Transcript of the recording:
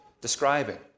describing